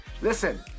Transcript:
Listen